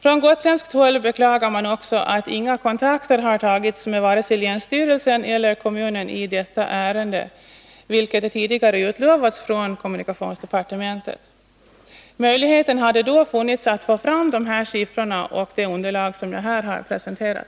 Från gotländskt håll beklagar man också att inga kontakter har tagits med vare sig länsstyrelsen eller kommunen i detta ärende, vilket tidigare utlovats från kommunikationsdepartementet. Möjligheten hade då funnits att få fram de siffror och det underlag som jag här har presenterat.